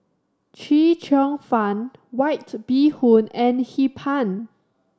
Chee Cheong Fun White Bee Hoon and Hee Pan